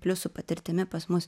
plius su patirtimi pas mus